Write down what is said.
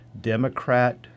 Democrat